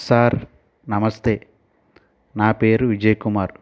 sir నమస్తే నా పేరు విజయ్ కుమార్